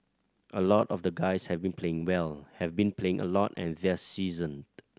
a lot of the guys have been playing well have been playing a lot and they're seasoned